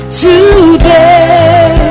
today